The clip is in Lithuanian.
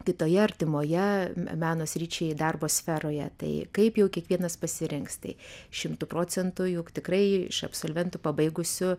kitoje artimoje meno sričiai darbo sferoje tai kaip jau kiekvienas pasirinks tai šimtu procentų juk tikrai iš absolventų pabaigusių